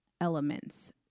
elements